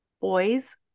boys